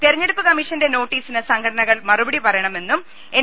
തെരഞ്ഞെ ടുപ്പ് കമ്മീഷന്റെ നോട്ടീസിന് സംഘടനകൾ മറുപടി പറയുമെന്നും എൻ